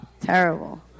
Terrible